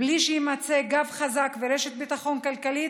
בלי שיימצא גב חזק ורשת ביטחון כלכלית,